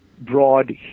broad